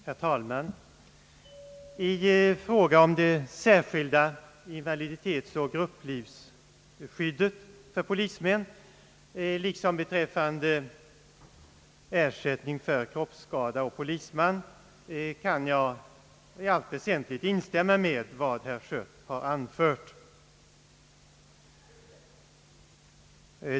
Herr talman! I fråga om det särskilda invaliditetsoch grupplivskyddet för polismän liksom beträffande ersättning för kroppsskada å polisman kan jag i allt väsentligt instämma i vad berr Schött anfört.